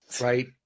right